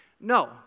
No